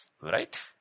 Right